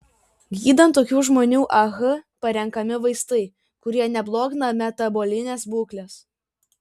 gydant tokių žmonių ah parenkami vaistai kurie neblogina metabolinės būklės